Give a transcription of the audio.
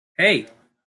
hey